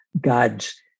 God's